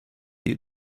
you